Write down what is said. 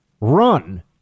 run